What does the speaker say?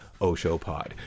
oshowpod